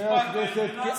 תתפטר ונעשה.